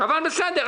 אבל בסדר.